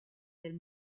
del